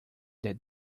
that